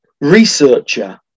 researcher